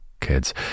kids